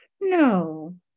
No